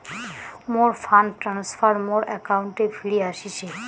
মোর fund transfer মোর অ্যাকাউন্টে ফিরি আশিসে